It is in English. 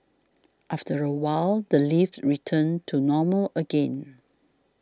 after a while the lift returned to normal again